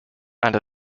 and